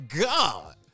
God